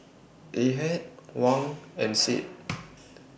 Ahad Wan and Said